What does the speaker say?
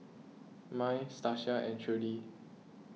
Mai Stacia and Trudi